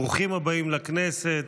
ברוכים הבאים לכנסת.